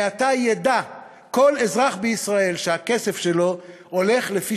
מעתה ידע כל אזרח בישראל שהכסף שלו הולך לפי